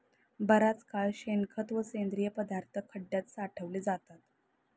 बराच काळ शेणखत व सेंद्रिय पदार्थ खड्यात साठवले जातात